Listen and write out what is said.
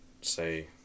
say